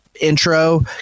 intro